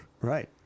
Right